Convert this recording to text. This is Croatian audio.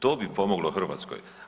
To bi pomoglo Hrvatskoj.